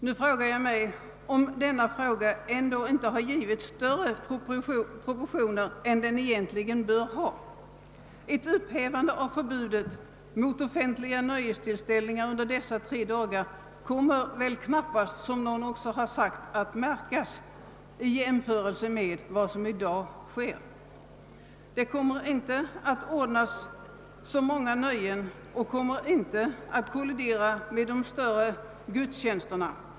Jag undrar om inte denna fråga har givits större proportioner än den egentligen har. Ett upphävande av förbudet mot offentliga nöjestillställningar under dessa tre dagar skulle knappast, som någon har sagt, märkas i jämförelse med vad som i Övrigt sker. Det kommer inte att ordnas så många nöjen och dessa kommer inte att kollidera med de större gudstjänsterna.